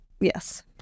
yes